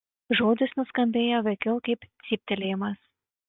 žodis nuskambėjo veikiau kaip cyptelėjimas